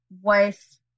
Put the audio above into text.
wife